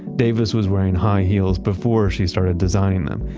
davis was wearing high heels before she started designing them.